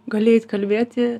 gali eit kalbėti